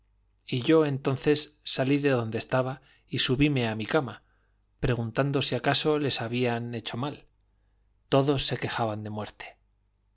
y yo entonces salí de donde estaba y subíme a mi cama preguntando si acaso les habían hecho mal todos se quejaban de muerte